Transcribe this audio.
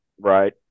Right